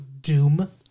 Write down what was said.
Doom